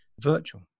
virtual